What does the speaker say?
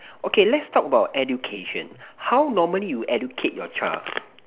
okay let's talk about education how normally you educate your child